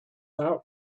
out